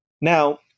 Now